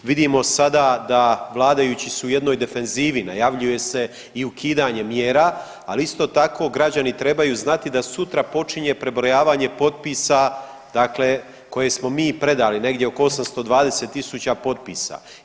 Vidimo sada da vladajući su u jednoj defenzivi, najavljuje se i ukidanje mjera, ali isto tako građani trebaju znati da sutra počinje prebrojavanje potpisa dakle koje smo mi predali, negdje oko 820.000 potpisa.